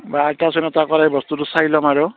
বা আল্টাচাউণ্ড এটা কৰাই বস্তুটো চাই ল'ম আৰু